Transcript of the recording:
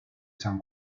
san